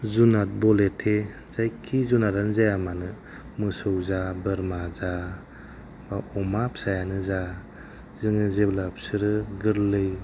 जुनाद ब'लेथे जायखि जुनादानो जाया मानो मोसौ जा बोरमा जा बा अमा फिसायानो जा जोङो जेब्ला फिसोरो गोरलै